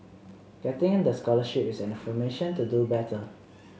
getting the scholarship is an affirmation to do better